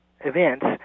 events